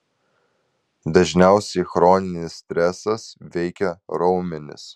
dažniausiai chroninis stresas veikia raumenis